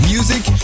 Music